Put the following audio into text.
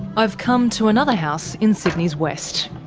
i've come to another house in sydney's west.